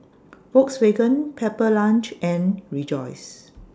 Volkswagen Pepper Lunch and Rejoice